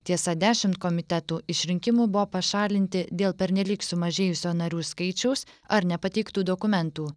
tiesa dešimt komitetų iš rinkimų buvo pašalinti dėl pernelyg sumažėjusio narių skaičiaus ar nepateiktų dokumentų